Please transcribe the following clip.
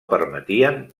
permetien